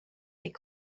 est